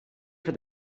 for